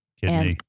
Kidney